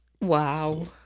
Wow